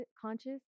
conscious